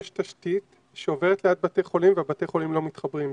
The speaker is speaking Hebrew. יש תשתית שעוברת ליד בתי חולים ובתי החולים לא מתחברים,